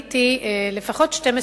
לנושאים כלכליים היא לא סוציאל-דמוקרטית.